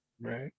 Right